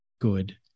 good